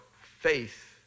faith